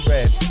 Red